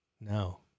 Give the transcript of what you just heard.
No